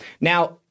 Now